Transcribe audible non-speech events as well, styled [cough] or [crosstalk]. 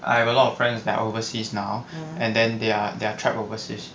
I have a lot of friends that are overseas now [noise] and then they are they are trap overseas